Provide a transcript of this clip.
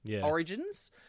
origins